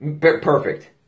Perfect